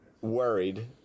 worried